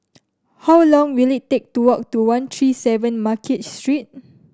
how long will it take to walk to one three seven Market Street